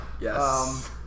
Yes